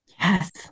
Yes